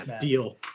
Deal